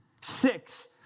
six